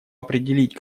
определить